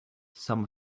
some